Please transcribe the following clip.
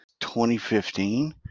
2015